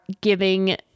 giving